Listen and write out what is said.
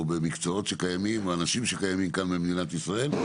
במקצועות שקיימים או אנשים שקיימים כאן במדינת ישראל?